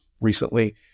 recently